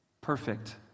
Perfect